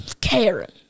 Karen